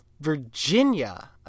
Virginia